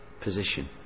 position